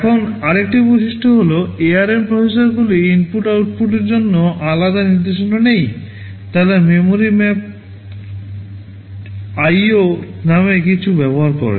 এখন আর একটি বৈশিষ্ট্য হল ARM প্রসেসরগুলির ইনপুট আউটপুট জন্য আলাদা নির্দেশনা নেই তারা মেমরি mapped IO নামে কিছু ব্যবহার করেন